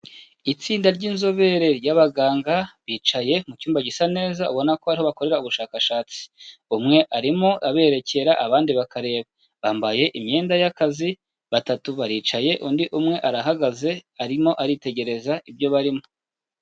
Itsinda ry'inzobere ry'abaganga bicaye mu cyumba gisa neza ubona ko ari ho bakorera ubushakashatsi. Umwe arimo aberekera, abandi bakareba. Bambaye imyenda y'akazi, batatu baricaye, undi umwe arahagaze arimo aritegereza ibyo barimo.